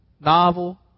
Novel